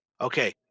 Okay